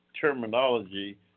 terminology